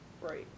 Right